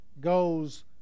goes